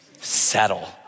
settle